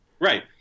Right